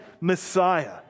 Messiah